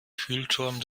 kühlturm